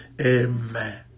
Amen